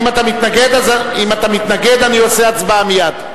אם אתה מתנגד, אני עושה הצבעה מייד.